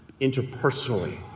interpersonally